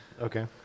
okay